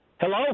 Hello